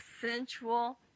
sensual